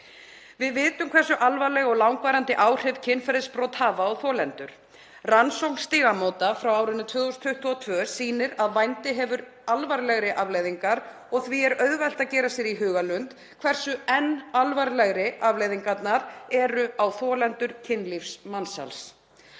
Við vitum hversu alvarleg og langvarandi áhrif kynferðisbrot hafa á þolendur. Rannsókn Stígamóta frá árinu 2022 sýnir að vændi hefur alvarlegri afleiðingar og því er auðvelt að gera sér í hugarlund hversu enn alvarlegri afleiðingarnar eru á þolendur kynlífsmansals.